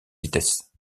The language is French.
vitesse